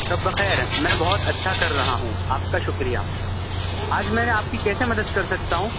شب بخیر میں بہت اچھا کر رہا ہوں آپ کا شکریہ آج میں نے آپ کی کیسے مدد کر سکتا ہوں